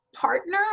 partner